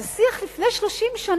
זה שיח של לפני 30 שנה.